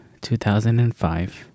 2005